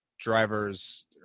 driver's